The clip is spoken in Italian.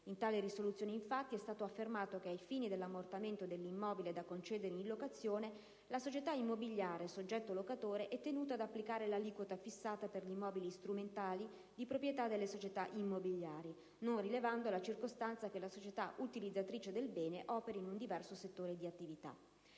In tale risoluzione, infatti, è stato affermato che ai fini dell'ammortamento dell'immobile da concedere in locazione la società immobiliare (soggetto locatore) è tenuta ad applicare l'aliquota fissata per gli immobili strumentali di proprietà delle società immobiliari, non rilevando la circostanza che la società utilizzatrice del bene operi in un diverso settore di attività.